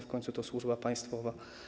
W końcu to służba państwowa.